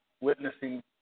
witnessing